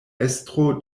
estro